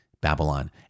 Babylon